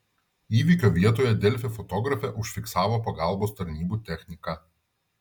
įvykio vietoje delfi fotografė užfiksavo pagalbos tarnybų techniką